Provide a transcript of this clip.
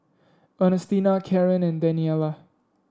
Ernestina Karen and Daniela